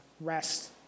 rest